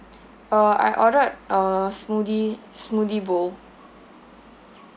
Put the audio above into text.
uh I ordered a smoothie smoothie bowl